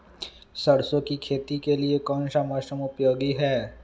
सरसो की खेती के लिए कौन सा मौसम उपयोगी है?